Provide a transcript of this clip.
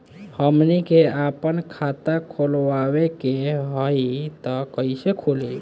हमनी के आापन खाता खोलवावे के होइ त कइसे खुली